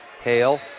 Hale